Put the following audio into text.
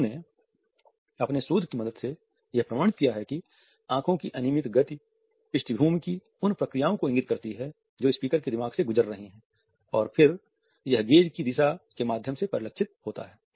उन्होंने अपने शोध की मदद से यह प्रमाणित किया है कि आंखों की अनियमित गति पृष्ठभूमि की उन प्रक्रियाओं को इंगित करती है जो स्पीकर के दिमाग से गुजर रही हैं और फिर यह गेज़ की दिशा के माध्यम से परिलक्षित होता है